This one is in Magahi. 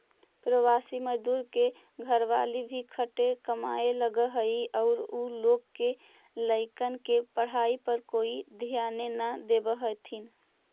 प्रवासी मजदूर के घरवाली भी खटे कमाए लगऽ हई आउ उ लोग के लइकन के पढ़ाई पर कोई ध्याने न देवऽ हथिन